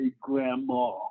grandma